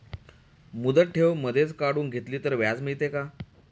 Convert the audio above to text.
मुदत ठेव मधेच काढून घेतली तर व्याज मिळते का?